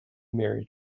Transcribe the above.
married